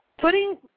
putting